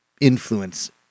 influence